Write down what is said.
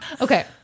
Okay